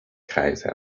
kreise